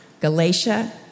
Galatia